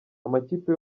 amakipe